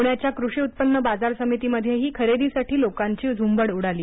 पुण्याच्या कृषी उत्पन्न बाजार समितीमध्येही खरेदीसाठी लोकांची झुंबड उडाली